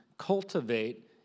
Cultivate